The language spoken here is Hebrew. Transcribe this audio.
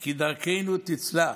כי דרכנו תצלח,